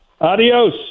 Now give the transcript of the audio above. Adios